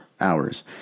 hours